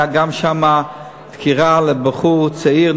הייתה שם גם דקירה של בחור צעיר,